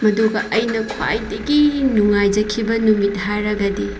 ꯃꯗꯨꯒ ꯑꯩꯅ ꯈ꯭ꯋꯥꯏꯗꯒꯤ ꯅꯨꯡꯉꯥꯏꯖꯈꯤꯕ ꯅꯨꯃꯤꯠ ꯍꯥꯏꯔꯒꯗꯤ